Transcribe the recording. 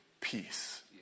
peace